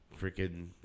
freaking